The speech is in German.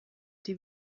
die